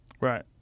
right